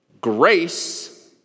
grace